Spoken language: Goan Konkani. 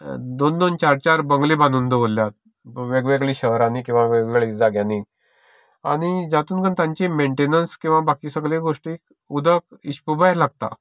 दोन दोन चार चार बंगले बांदून दवरल्यात वेगवेगळ्या शहरांनी वा वेगवेगळ्या जाग्यांनी आनी जातून तेंची मेंटेनन्स किंवा बाकी सगले गोश्टी उदक हिसपा भायर लागता